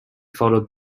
followed